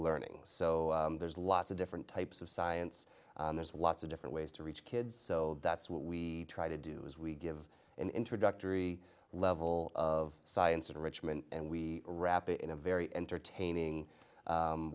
learning so there's lots of different types of science there's lots of different ways to reach kids so that's what we try to do is we give an introductory level of science in richmond and we wrap it in a very entertaining